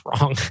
wrong